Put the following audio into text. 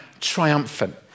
triumphant